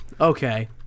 okay